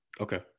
okay